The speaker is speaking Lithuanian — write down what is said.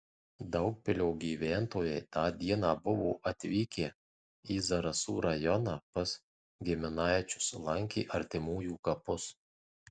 daugpilio gyventojai tą dieną buvo atvykę į zarasų rajoną pas giminaičius lankė artimųjų kapus